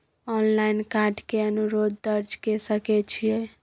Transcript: Online card के अनुरोध दर्ज के सकै छियै?